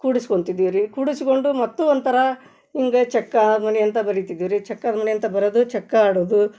ಕೂಡಿಸ್ಕೊತಿದ್ವಿ ರೀ ಕೂಡಿಸಿಕೊಂಡು ಮತ್ತು ಒಂಥರ ಹಿಂಗೆ ಚಕ್ಕಾದ ಮನೆಯಂತ ಬರಿತಿದ್ದೆವು ರೀ ಚಕ್ಕದ ಮನೆಯಂತ ಬರೆದು ಚಕ್ಕ ಆಡೋದು